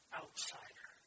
outsider